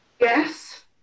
Yes